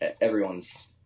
Everyone's